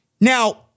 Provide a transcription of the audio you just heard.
Now